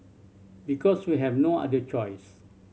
because we have no other choice